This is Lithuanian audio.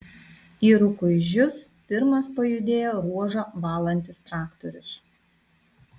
į rukuižius pirmas pajudėjo ruožą valantis traktorius